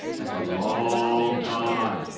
that's a long time.